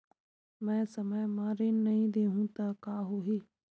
मैं समय म ऋण नहीं देहु त का होही